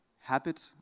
habit